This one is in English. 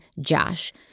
Josh